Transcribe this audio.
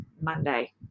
Monday